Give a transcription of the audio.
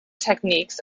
techniques